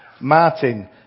Martin